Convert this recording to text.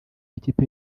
w’ikipe